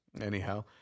anyhow